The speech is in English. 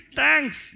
thanks